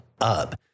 up